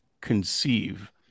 conceive